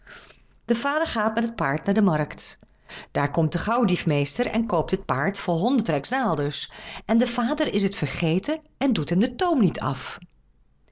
de vader gaat met het paard naar de markt daar komt de gauwdiefmeester en koopt het paard voor honderd rijksdaalders en de vader is t vergeten en doet hem den toom niet af